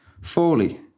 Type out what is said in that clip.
Foley